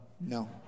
no